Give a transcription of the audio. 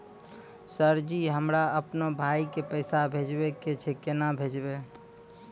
Sir ji हमरा अपनो भाई के पैसा भेजबे के छै, केना भेजबे?